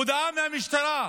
הודעה מהמשטרה: